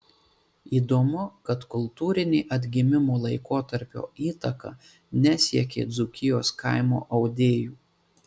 įdomu kad kultūrinė atgimimo laikotarpio įtaka nesiekė dzūkijos kaimo audėjų